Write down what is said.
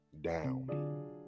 down